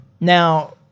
now